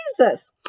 jesus